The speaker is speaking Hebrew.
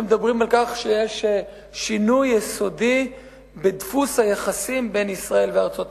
שמדברים על כך שיש שינוי יסודי בדפוס היחסים בין ישראל לארצות-הברית.